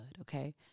okay